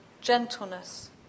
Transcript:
gentleness